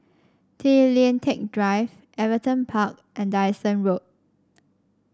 Tay Lian Teck Drive Everton Park and Dyson Road